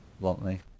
bluntly